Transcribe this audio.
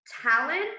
talent